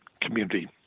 community